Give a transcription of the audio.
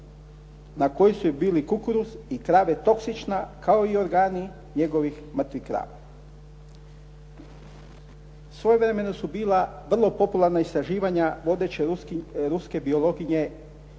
na kojoj su bili kukuruz i krave toksična kao i organi njegovih mrtvih krava. Svojevremeno su bila vrlo popularna istraživanja vodeće ruske biologinje Irine